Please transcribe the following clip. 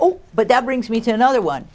oh but that brings me to another one